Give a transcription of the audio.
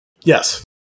Yes